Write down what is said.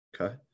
Okay